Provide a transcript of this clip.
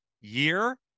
year